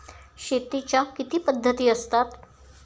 शेतीच्या किती पद्धती असतात?